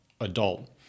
adult